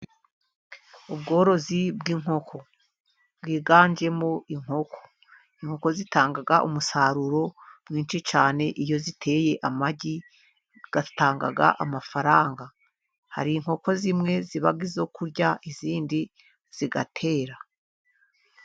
Ubworozi bw'inkoko bwiganjemo inkoko, inkoko zitanga umusaruro mwinshi cyane, iyo ziteye amagi atanga amafaranga, hari inkoko zimwe ziba izo kurya izindi zigatera.